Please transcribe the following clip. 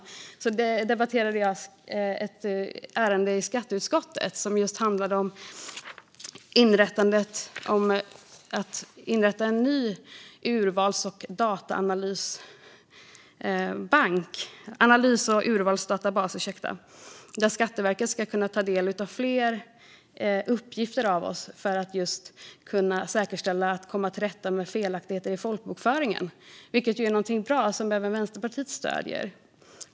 Tidigare i dag debatterade jag ett ärende i skatteutskottet som handlade just om inrättandet av en ny analys och urvalsdatabas, där Skatteverket ska kunna ta del av fler uppgifter om oss för att kunna säkerställa att man kommer till rätta med felaktigheter i folkbokföringen. Det är något bra, som även Vänsterpartiet stöder.